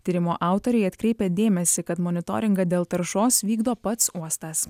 tyrimo autoriai atkreipia dėmesį kad monitoringą dėl taršos vykdo pats uostas